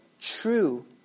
true